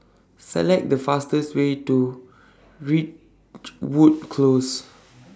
Select The fastest Way to Ridgewood Close